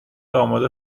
آماده